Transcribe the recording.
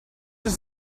does